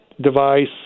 device